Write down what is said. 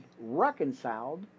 reconciled